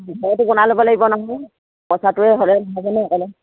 ঘৰটো বনাই ল'ব লাগিব নহয়